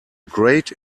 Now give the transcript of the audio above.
great